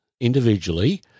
individually